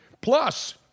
Plus